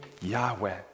Yahweh